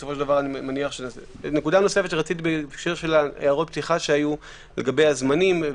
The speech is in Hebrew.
נקודה נוספת בהקשר של הערות הפתיחה, לגבי הזמנים.